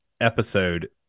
episode